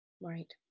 Right